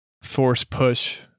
Force-push